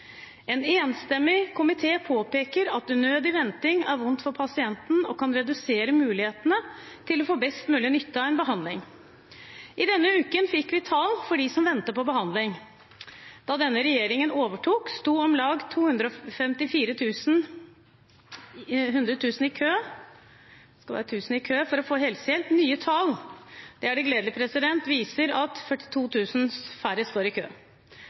En enstemmig komité påpeker at unødig venting er vondt for pasienten og kan redusere mulighetene til å få best mulig utbytte av behandlingen. I denne uken fikk vi tall for dem som venter på behandling. Da denne regjeringen overtok, sto om lag 254 000 i kø for å få helsehjelp. Nye tall – det er det gledelige – viser at 42 000 færre står i kø.